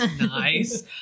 Nice